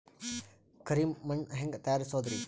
ಕರಿ ಮಣ್ ಹೆಂಗ್ ತಯಾರಸೋದರಿ?